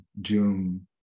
June